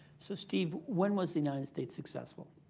so steve, when was the united states successful?